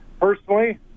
Personally